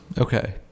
okay